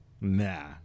Nah